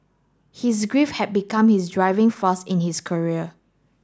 his grief had become his driving force in his career